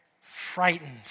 Frightened